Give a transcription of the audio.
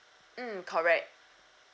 mm correct